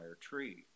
tree